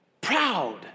Proud